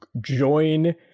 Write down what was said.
join